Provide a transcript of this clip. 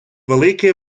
велике